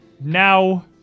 Now